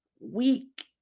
weak